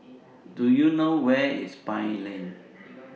Do YOU know Where IS Pine Lane